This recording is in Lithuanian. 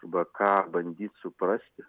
va ką bandyt suprasti